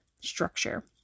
structure